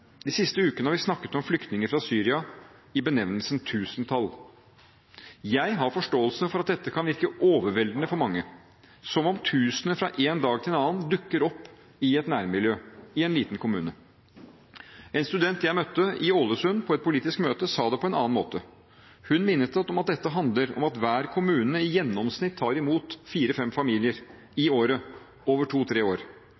De siste ukene har vi snakket om flyktninger fra Syria i benevnelsen «tusentall». Jeg har forståelse for at dette kan virke overveldende for mange, som om tusener fra en dag til en annen dukker opp i et nærmiljø i en liten kommune. En student jeg møtte i Ålesund på et politisk møte, sa det på en annen måte. Hun minnet om at dette handler om at hver kommune i gjennomsnitt tar i mot fire, fem familier i året over to, tre år,